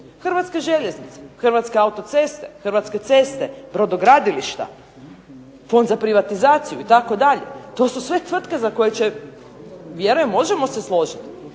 Hrvatske željeznice, Hrvatske autoceste, Hrvatske ceste, brodogradilišta, Fond za privatizaciju itd. to su sve tvrtke za koje vjerujem možemo se složiti